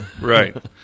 right